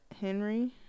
Henry